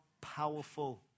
powerful